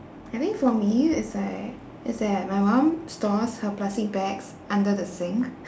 I think for me it's like it's that my mum stores her plastic bags under the sink